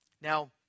Now